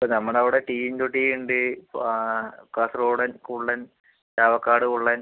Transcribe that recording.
ഇപ്പോൾ നമ്മുടെ അവിടെ ടി ഇൻടു ടി ഉണ്ട് കാസർകോടൻ കുള്ളൻ ചാവക്കാട് കുള്ളൻ